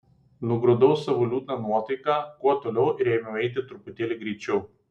nugrūdau savo liūdną nuotaiką kuo toliau ir ėmiau eiti truputėlį greičiau